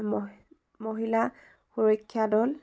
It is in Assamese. মহ মহিলা সুৰক্ষা দল